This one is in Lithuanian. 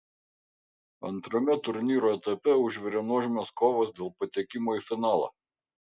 antrame turnyro etape užvirė nuožmios kovos dėl patekimo į finalą